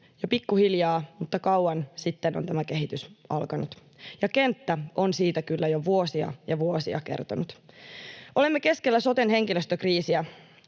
pikkuhiljaa, mutta kauan sitten on tämä kehitys alkanut, ja kenttä on siitä kyllä jo vuosia ja vuosia kertonut. Olemme keskellä soten henkilöstökriisiä.